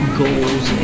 goals